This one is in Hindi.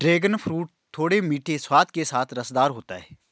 ड्रैगन फ्रूट थोड़े मीठे स्वाद के साथ रसदार होता है